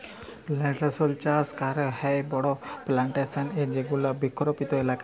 plantation চাস ক্যরেক হ্যয় বড় প্লানটেশল এ যেগুলা বৃক্ষরপিত এলাকা